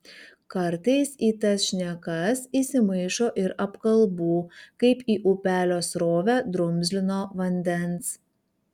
kartais į tas šnekas įsimaišo ir apkalbų kaip į upelio srovę drumzlino vandens